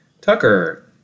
Tucker